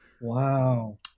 Wow